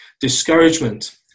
discouragement